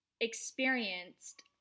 experienced